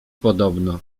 podobno